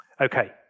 Okay